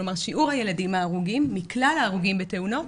כלומר שיעור הילדים ההרוגים מכלל ההרוגים בתאונות,